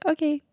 Okay